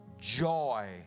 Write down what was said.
joy